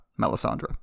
Melisandre